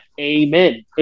Amen